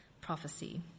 prophecy